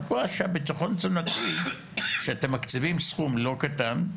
מדוע שהביטחון תזונתי שאתם מקציבים סכום לא קטן,